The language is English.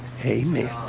Amen